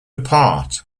apart